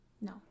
No